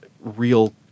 real